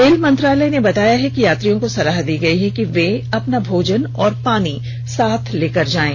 rail मंत्रालय ने बताया है कि यात्रियों को सलाह दी गई है वे अपना भोजन और पानी साथ लेकर जाएं